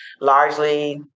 largely